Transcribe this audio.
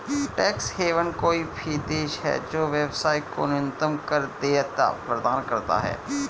tax haven कोई भी देश है जो व्यवसाय को न्यूनतम कर देयता प्रदान करता है